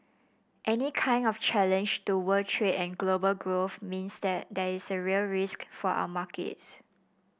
any kind of challenge to world trade and global growth means that there is real risk for our markets